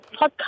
podcast